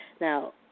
Now